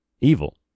evil